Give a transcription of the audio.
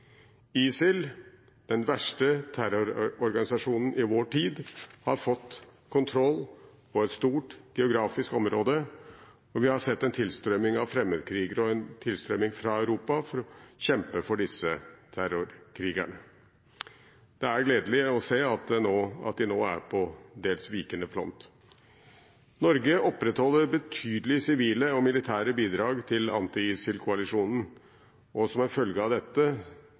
ISIL, den verste terrororganisasjonen i vår tid, har fått kontroll på et stort geografisk område, og vi har sett en tilstrømming av fremmedkrigere og en tilstrømming fra Europa for å kjempe for disse terrorkrigerne. Det er gledelig å se at de nå er på til dels vikende front. Norge opprettholder betydelige sivile og militære bidrag til anti-ISIL-koalisjonen, og som en følge av dette